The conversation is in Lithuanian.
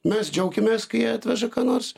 mes džiaukimės kai jie atveža ką nors